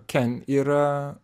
ken yra